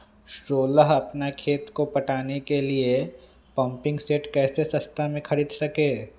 सोलह अपना खेत को पटाने के लिए पम्पिंग सेट कैसे सस्ता मे खरीद सके?